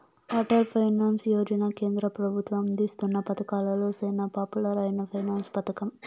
Atal pension Yojana కేంద్ర పెబుత్వం అందిస్తున్న పతకాలలో సేనా పాపులర్ అయిన పెన్సన్ పతకం